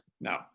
no